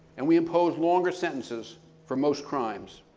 and we impose longer sentences for most crimes.